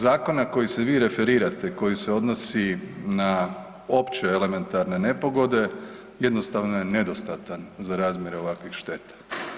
Zakon na koji se vi referirate, koji se odnosi na opće elementarne nepogode jednostavno je nedostatan za razmjere ovakvih šteta.